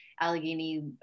Allegheny